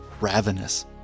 ravenous